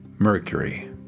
Mercury